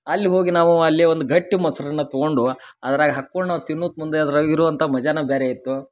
ಅಲ್ಲಿ ಹೋಗಿ ನಾವು ಅಲ್ಲಿ ಒಂದು ಗಟ್ಟಿ ಮೋಸರನ್ನ ತಗೊಂಡು ಅದ್ರಾಗ ಹಾಕೊಂಡು ನಾವು ತಿನ್ನುದು ಮುಂದೆ ಅದ್ರಾಗ ಇರುವಂಥಾ ಮಜಾನ ಬ್ಯಾರೆ ಇತ್ತು